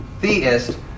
theist